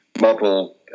model